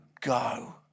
go